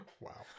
Wow